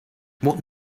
what